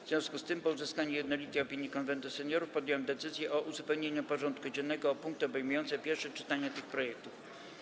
W związku z tym, po uzyskaniu jednolitej opinii Konwentu Seniorów, podjąłem decyzję o uzupełnieniu porządku dziennego o punkty obejmujące pierwsze czytania tych projektów.